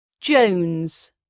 Jones